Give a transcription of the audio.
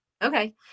Okay